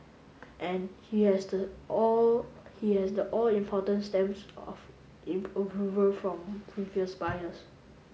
and he has the all he has the all important stamps of it approval from previous buyers